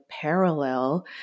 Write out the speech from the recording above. parallel